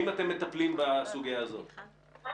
זה לא